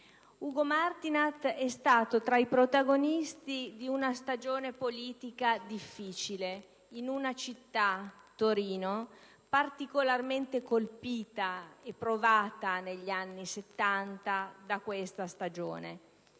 Ugo Martinat è stato tra i protagonisti di una stagione politica difficile in una città, Torino, particolarmente colpita e provata negli anni Settanta; una stagione